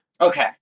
Okay